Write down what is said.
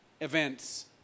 events